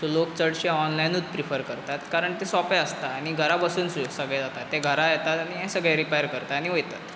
so लोग चडशे ऑनलायनूत प्रिफर करतात कारण तें सोंपें आसता आनी घरा बसून स सगळें जाता ते घरा येतात आनी हें सगळें रिपॅर करतात आनी वयतात